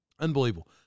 Unbelievable